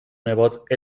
nebot